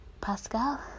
Pascal